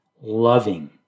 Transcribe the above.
loving